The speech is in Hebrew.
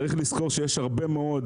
צריך לזכור שיש הרבה מאוד